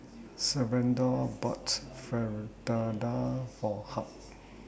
Salvador boughts Fritada For Hugh